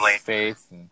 faith